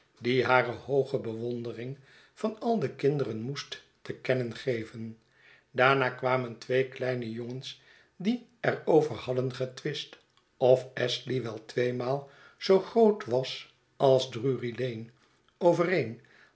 die hare hooge bewondering van al de kinderen moest te kennen geven daarna kwamen twee kieine jongens die er over hadden getwist of es die wel tweemaal zoo groot was als drury-lane overeen